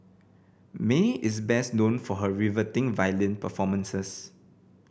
Mae is best known for her riveting violin performances